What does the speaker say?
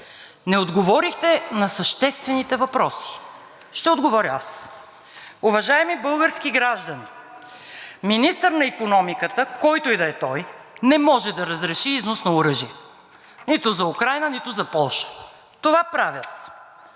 Не отговорихте на съществените въпроси. Ще отговоря аз. Уважаеми български граждани, министър на икономиката, който и да е той, не може да разреши износ на оръжие – нито за Украйна, нито за Полша. Това правят